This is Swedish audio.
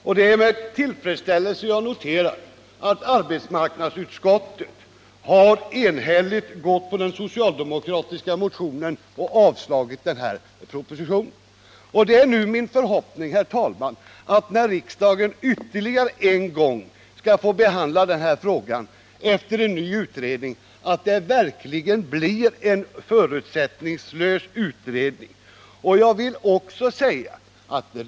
Det är med tillfredsställelse jag noterar att arbetsmarknadsutskottet enhälligt tillstyrkt den socialdemokratiska motionen och avstyrkt propositionen. Det är nu min förhoppning, herr talman, att det verkligen blir efter en förutsättningslös utredning som riksdagen nästa gång får behandla denna fråga.